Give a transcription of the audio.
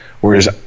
Whereas